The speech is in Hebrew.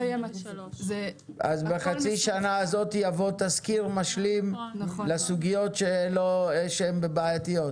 אז בחצי השנה הזאת יבוא תזכיר משלים לסוגיות שהן בעייתיות?